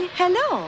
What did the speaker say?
hello